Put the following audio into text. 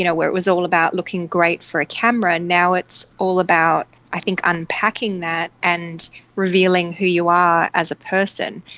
you know where it was all about looking great for a camera, now it's all about i think unpacking that and revealing who you are as a person,